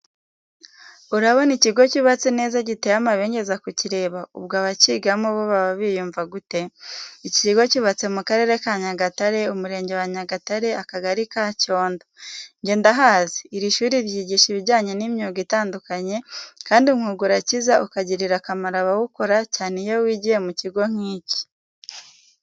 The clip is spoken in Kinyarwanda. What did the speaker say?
Urabona ikigo cyubatse neza giteye amabengeza kukireba, ubwo abakigamo bo baba biyumva gute? Iki kigo cyubatse mu Karere ka Nyagatare, Umurenge wa Nyagatare, Akagari ka Cyondo. Nge ndahazi, iri shuri ryigisha ibijyanye n'imyuga itandukanye kandi umwuga urakiza ukagirira akamaro abawukora cyane iyo wigiye mu kigo nk'iki.